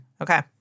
Okay